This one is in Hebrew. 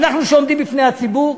אנחנו שעומדים בפני הציבור?